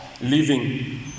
Living